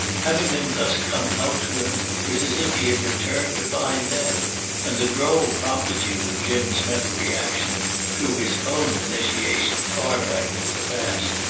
having them thus come out to him was as if he had returned to find them and the droll promptitude of jim's mental reaction threw his own initiation far back into the past.